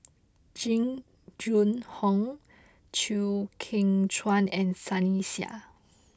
Jing Jun Hong Chew Kheng Chuan and Sunny Sia